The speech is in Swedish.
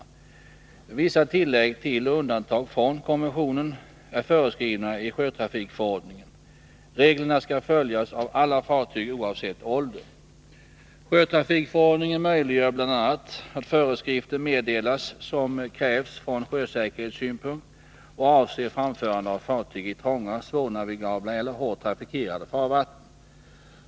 Vissa tillägg till och undantag från konventionen är föreskrivna i sjötrafikförordningen . Reglerna skall följas av alla fartyg oavsett ålder. Sjötrafikförordningen möjliggör bl.a. att föreskrifter meddelas som krävs från sjösäkerhetssynpunkt och avser framförande av fartyg i trånga, svårnavigabla eller hårt trafikerade farvatten.